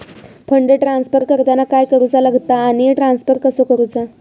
Fund transfer करताना काय करुचा लगता आनी ट्रान्स्फर कसो करूचो?